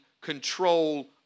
control